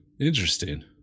interesting